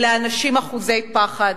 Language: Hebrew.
אלה אנשים אחוזי פחד,